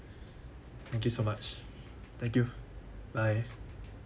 thank you so much thank you bye